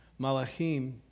Malachim